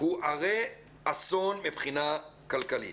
הוא הרה אסון מבחינה כלכלית.